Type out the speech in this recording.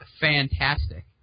fantastic